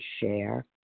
share